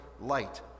light